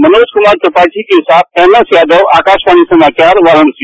मनोज त्रिपाठी के साथ M S Yadav Akashvani समाचार वाराणसी